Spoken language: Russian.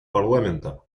парламента